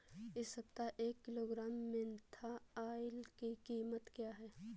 इस सप्ताह एक किलोग्राम मेन्था ऑइल की कीमत क्या है?